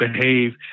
behave